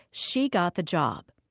she got the job.